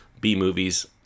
B-movies